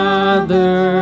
Father